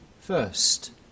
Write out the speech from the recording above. first